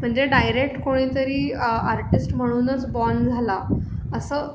म्हणजे डायरेक्ट कोणीतरी आर्टिस्ट म्हणूनच बॉन झाला असं